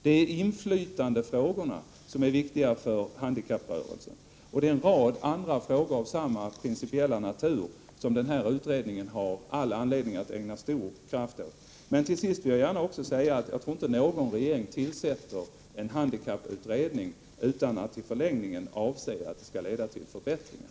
Det är inflytandefrågorna som är viktiga för handikapprörelsen och det är en rad andra frågor av samma principiella natur, som utredningen har all anledning att ägna sig åt med stor kraft. Till sist vill jag också säga att jag inte tror någon regering tillsätter en handikapputredning utan att i förlängningen avse att utredningens arbete skall leda till förbättringar.